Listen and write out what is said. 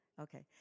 Okay